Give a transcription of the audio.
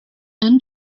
and